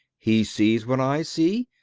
he sees what i see.